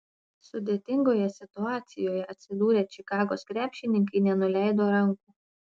sudėtingoje situacijoje atsidūrę čikagos krepšininkai nenuleido rankų